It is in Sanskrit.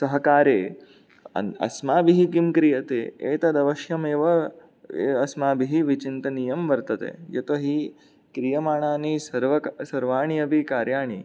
सहकारे अस्माभिः किं क्रियते एतत् अवश्यमेव अस्माभिः विचिन्तनीयं वर्तते यतो हि क्रियमाणानि सर्व सर्वाणि अपि कार्याणि